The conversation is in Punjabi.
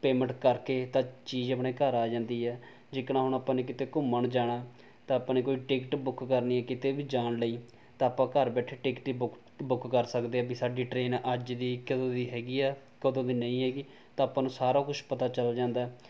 ਪੇਮੈਂਟ ਕਰਕੇ ਤਾਂ ਚੀਜ਼ ਆਪਣੇ ਘਰ ਆ ਜਾਂਦੀ ਹੈ ਜਿਕਣ ਹੁਣ ਆਪਾਂ ਨੇ ਕਿਤੇ ਘੁੰਮਣ ਜਾਣਾ ਤਾਂ ਆਪਾਂ ਨੇ ਕੋਈ ਟਿਕਟ ਬੁੱਕ ਕਰਨੀ ਹੈ ਕਿਤੇ ਵੀ ਜਾਣ ਲਈ ਤਾਂ ਆਪਾਂ ਘਰ ਬੈਠੇ ਟਿਕਟ ਬੁੱਕ ਬੁੱਕ ਕਰ ਸਕਦੇ ਹਾਂ ਵੀ ਸਾਡੀ ਟ੍ਰੇਨ ਅੱਜ ਦੀ ਕਦੋਂ ਦੀ ਹੈਗੀ ਆ ਕਦੋਂ ਦੀ ਨਹੀਂ ਹੈਗੀ ਤਾਂ ਆਪਾਂ ਨੂੰ ਸਾਰਾ ਕੁਛ ਪਤਾ ਚਲ ਜਾਂਦਾ